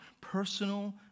personal